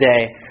today